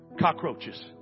cockroaches